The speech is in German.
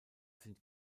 sind